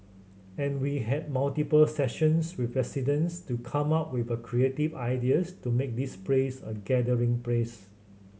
and we had multiple sessions with residents to come up with creative ideas to make this place a gathering place